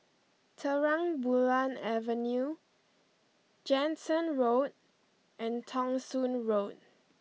Terang Bulan Avenue Jansen Road and Thong Soon Road